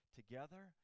together